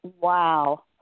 Wow